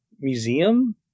museum